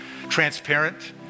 transparent